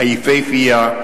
היפהפייה,